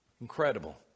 incredible